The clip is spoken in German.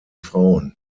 frauen